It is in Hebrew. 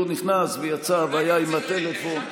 הוא נכנס ויצא והיה עם הטלפון.